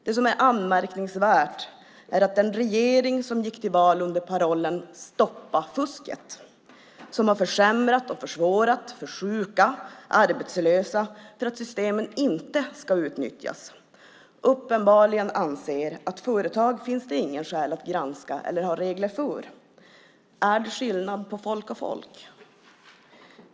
Det som är anmärkningsvärt är att den regering som gick till val under parollen stoppa fusket och som har försämrat och försvårat för sjuka och arbetslösa för att systemen inte ska utnyttjas uppenbarligen anser att det inte finns något skäl att granska eller ha regler för företag. Är det skillnad på folk och folk?